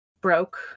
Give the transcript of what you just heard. broke